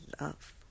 love